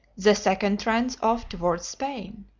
the second trends off towards spain.